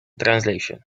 translation